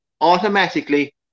automatically